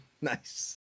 Nice